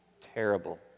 terrible